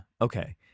okay